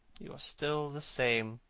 you are still the same.